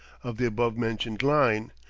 of the above-mentioned line,